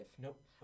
Nope